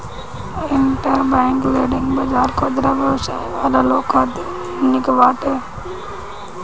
interbank leading बाजार खुदरा व्यवसाय वाला लोग खातिर निक बाटे